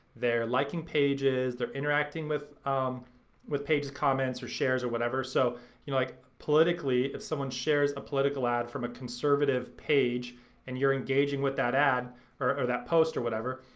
they're liking pages, they're interacting with um with pages, comments, or shares, or whatever. so you know like politically if someone shares a political ad from a conservative page and you're engaging with that ad or that post or whatever,